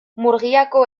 murgiako